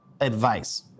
advice